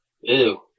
Ew